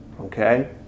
Okay